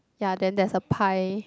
ya then there's a pie